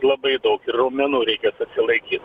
labai daug ir raumenų reikia atsilaikyt